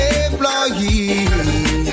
employee